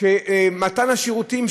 מתן השירותים,